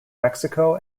mexico